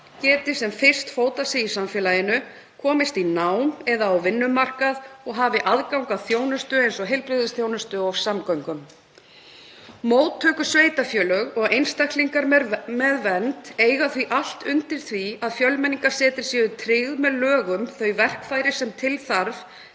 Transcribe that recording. geti sem fyrst fótað sig í samfélaginu, komist í nám eða á vinnumarkað og hafi aðgang að þjónustu eins og heilbrigðisþjónustu og samgöngum. Móttökusveitarfélög og einstaklingar með vernd eiga því allt undir því að Fjölmenningarsetri séu tryggð með lögum þau verkfæri sem þarf